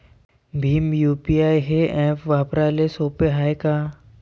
Bhim UPI हे app वापराले सोपे हाय का?